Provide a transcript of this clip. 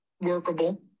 workable